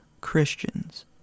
Christians